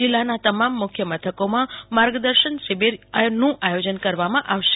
જિલ્લાના તમામ મુખ્ય મથકોમાં માર્ગદર્શન શિબિરના આયોજન કરવામાં આવ્યા છે